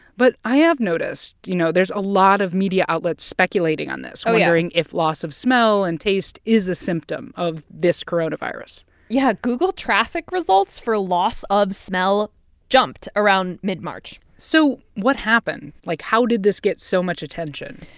but i have noticed, you know, there's a lot of media outlets speculating on this. oh, yeah. wondering if loss of smell and taste is a symptom of this coronavirus yeah. google traffic results for loss of smell jumped around mid-march so what happened? like, how did this get so much attention?